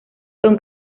son